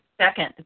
second